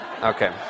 Okay